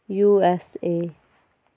USA